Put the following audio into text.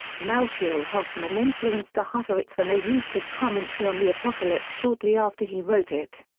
melchior hoffman influenced the hutterites when they used his commentary on the apocalypse shortly after he wrote it.